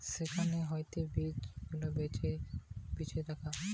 seed saving একটা প্রক্রিয়া যেখানে যেই ফসল ফলন হয়েটে সেখান হইতে বীজ গুলা বেছে রাখা